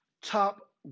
top